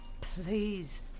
Please